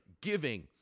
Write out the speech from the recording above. giving